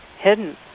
hidden